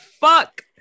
fuck